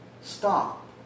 Stop